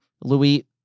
Louis